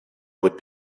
would